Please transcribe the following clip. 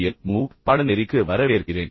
L மூக் பாடநெறிக்கு வரவேற்கிறேன்